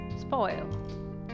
Spoil